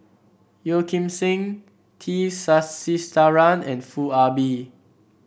Yeo Kim Seng T Sasitharan and Foo Ah Bee